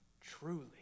Truly